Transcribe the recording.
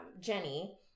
Jenny